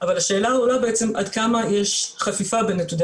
אבל השאלה שעולה היא עד כמה יש חפיפה בין נתוני